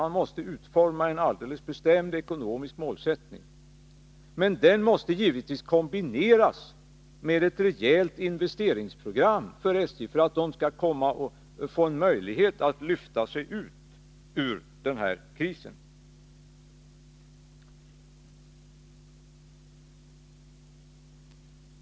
Man måste utforma en alldeles bestämd ekonomisk målsättning. Men denna måste givetvis kombineras med ett rejält investeringsprogram för SJ, för att få en möjlighet att lyfta sig ur krisen.